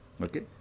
okay